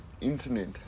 internet